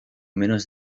menos